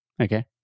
Okay